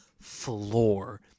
floor